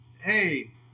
hey